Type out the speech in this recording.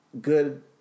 good